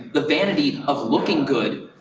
the vanity of looking good,